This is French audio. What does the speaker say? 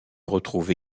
retrouve